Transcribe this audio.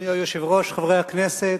אדוני היושב-ראש, חברי הכנסת,